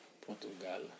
Portugal